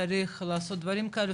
צריך לעשות דברים כאלו,